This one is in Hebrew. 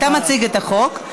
אתה מציג את החוק.